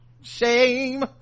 shame